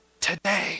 Today